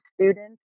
students